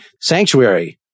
Sanctuary